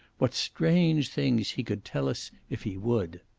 what strange things he could tell us if he would!